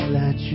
let